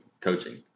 coaching